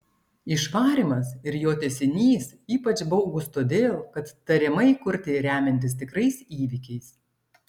išvarymas ir jo tęsinys ypač baugūs todėl kad tariamai kurti remiantis tikrais įvykiais